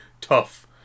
tough